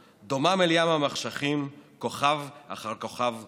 / דומם אל ים המחשכים / כוכב אחר כוכב נופל",